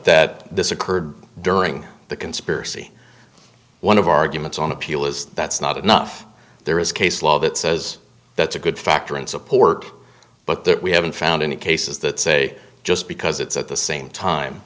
that this occurred during the conspiracy one of our arguments on appeal is that's not enough there is case law that says that's a good factor in support but that we haven't found any cases that say just because it's at the same time